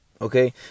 Okay